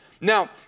Now